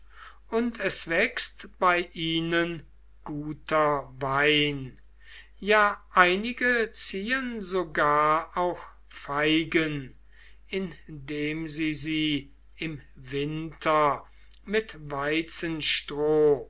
und es wächst bei ihnen guter wein ja einige ziehen sogar auch feigen indem sie sie im winter mit weizenstroh